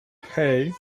hey